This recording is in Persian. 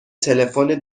تلفن